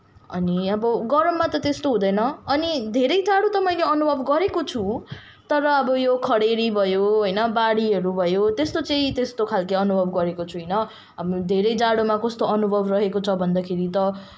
अनि अब गरममा त त्यस्तो हुँदैन अनि धेरै जाडो त मैले अनुभव गरेको छुँ तर अब यो खडेरी भयो होइन बाढीहरू भयो त्यस्तो चाहिँ त्यस्तो खालको अनुभव गरेको छुइनँ अब धेरै जाडोमा कस्तो अनुभव रहेको छ भन्दाखेरि त